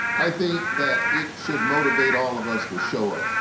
i think that it should motivate all of us to show up.